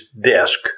desk